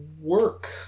work